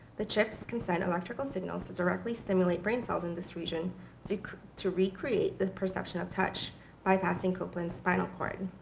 the chips can send electrical signals to directly stimulate brain cells in this region seek to recreate the perception of touch bypassing copeland's spinal cord.